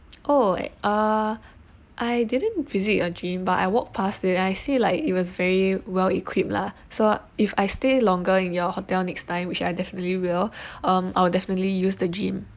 oh uh I didn't visit your gym but I walk past it I see like it was very well-equipped lah so if I stay longer in your hotel next time which I definitely will um I'll definitely use the gym